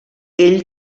ell